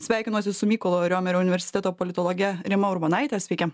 sveikinuosi su mykolo riomerio universiteto politologe rima urbonaite sveiki